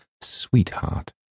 sweetheart